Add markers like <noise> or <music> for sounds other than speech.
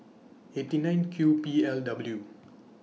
eight nine Q P L W <noise>